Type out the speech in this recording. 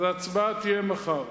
אז ההצבעה תהיה מחר.